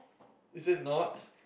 it is not